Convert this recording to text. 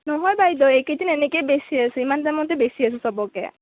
নহয় বাইদেউ এইকেইদিন এনেকেই বেচি আছোঁ ইমান দামতে বেচি আছোঁ সবকে